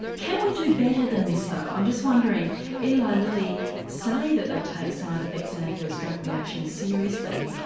can we do better than this though, i'm just wondering. eli lilly say that they take side effects and adverse drug reactions seriously.